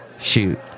Shoot